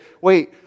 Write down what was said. wait